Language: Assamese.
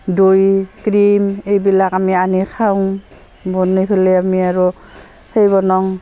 দৈ ক্ৰীম এইবিলাক আমি আনি খাওঁ বনাই ফেলাই আমি আৰু সেই বনাওঁ